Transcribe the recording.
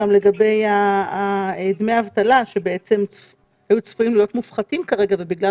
לגבי דמי אבטלה שהיו צפויים להיות מופחתים כרגע ובגלל